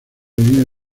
línea